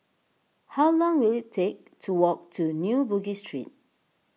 how long will it take to walk to New Bugis Street